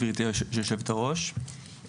גברתי היושבת-ראש,